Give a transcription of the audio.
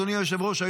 אדוני היושב-ראש,